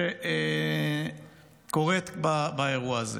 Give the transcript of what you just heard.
שקורית באירוע הזה.